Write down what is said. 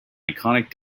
iconic